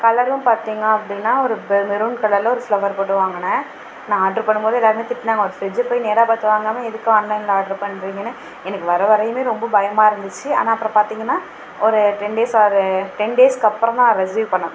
கலரும் பார்த்திங்க அப்படினா ஒரு மெரூன் கலரில் ஒரு ஃபிளவர் போட்டு வாங்கினேன் நான் ஆர்டரு பண்ணும்போது எல்லோருமே திட்டினாங்க ஒரு ஃபிரிட்ஜை போய் நேராக பார்த்து வாங்காமல் எதுக்கு ஆன்லைனில் ஆர்டரு பண்ணுறீங்கனு எனக்கு வர வரையும் ரொம்ப பயமாக இருந்துச்சி ஆனால் அப்புறம் பார்த்திங்கனா ஒரு டென் டேஸ் ஒரு டென் டேஸுக்கு அப்புறம் தான் ரெசீவ் பண்ணேன்